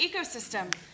ecosystem